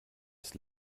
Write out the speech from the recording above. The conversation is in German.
ist